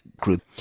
group